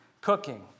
cooking